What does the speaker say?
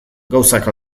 gauzak